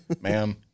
Ma'am